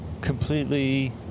completely